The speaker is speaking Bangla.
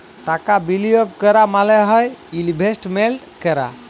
টাকা বিলিয়গ ক্যরা মালে হ্যয় ইলভেস্টমেল্ট ক্যরা